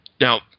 Now